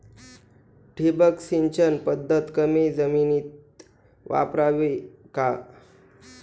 ठिबक सिंचन पद्धत कमी जमिनीत वापरावी का?